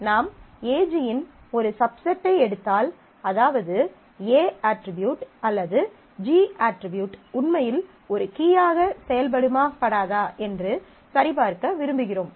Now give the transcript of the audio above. நாம் AG இன் ஒரு சப்செட்டை எடுத்தால் அதாவது A அட்ரிபியூட் அல்லது G அட்ரிபியூட் என எடுத்துக் கொண்டால் அதன் க்ளோஸர் உண்மையில் ஒரு கீயாக செயல்படுமா படாதா என்று சரிபார்க்க விரும்புகிறோம்